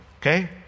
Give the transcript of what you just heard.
okay